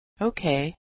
Okay